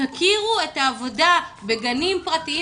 תכירו את העבודה בגנים מפוקחים ופרטיים